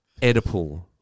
Oedipal